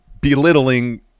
belittling